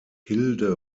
hilde